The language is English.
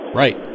right